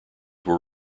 were